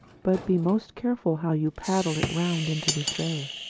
but be most careful how you paddle it round into this bay.